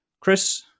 Chris